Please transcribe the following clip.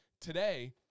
today